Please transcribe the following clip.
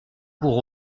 pour